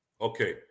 Okay